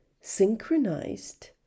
synchronized